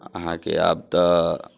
अहाँकेँ आब तऽ